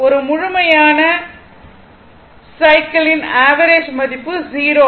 ஒரு முழுமையான சைக்கிளின் ஆவரேஜ் மதிப்பு 0 ஆகும்